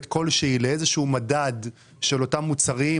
כלשהי לאיזשהו מדד של אותם מוצרים,